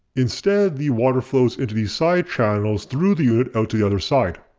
instead the water flows into these side channels through the unit out to the other side.